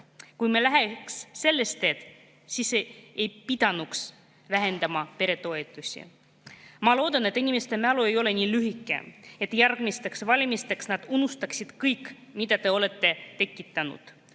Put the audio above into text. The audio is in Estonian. Kui me läheks sellist teed, siis ei peaks vähendama peretoetusi. Ma loodan, et inimeste mälu ei ole nii lühike, et järgmisteks valimisteks nad unustavad kõik, mida te olete tekitanud.